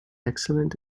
excellent